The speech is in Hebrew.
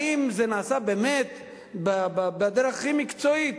האם זה נעשה באמת בדרך הכי מקצועית?